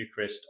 Newcrest